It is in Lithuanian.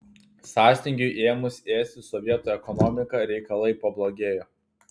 sąstingiui ėmus ėsti sovietų ekonomiką reikalai pablogėjo